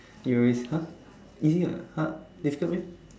you always !huh! easy [what] hard difficult meh